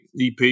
EP